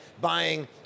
buying